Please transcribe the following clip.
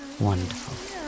wonderful